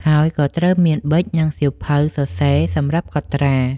ហើយក៏ត្រូវមាន ប៊ិក និងសៀវភៅសរសេរសម្រាប់កត់ត្រា។